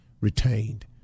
retained